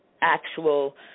actual